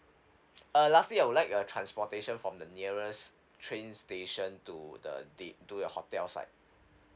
uh lastly I would like a transportation from the nearest train station to the date to the hotel site